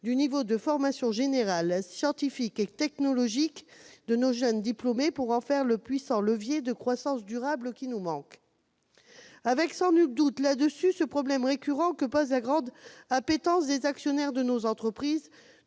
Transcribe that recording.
du niveau de formation générale, scientifique et technologique de nos jeunes diplômés, pour en faire le puissant levier de croissance durable qui nous manque. Le problème récurrent que pose la grande appétence des actionnaires de nos entreprises,